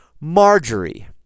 Marjorie